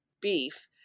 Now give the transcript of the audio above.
beef